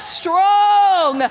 strong